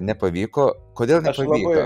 nepavyko kodėl nepavyko